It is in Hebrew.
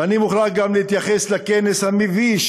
ואני מוכרח גם להתייחס לכנס המביש,